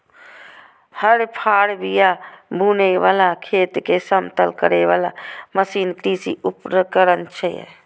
हर, फाड़, बिया बुनै बला, खेत कें समतल करै बला मशीन कृषि उपकरण छियै